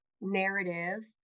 narrative